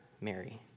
Mary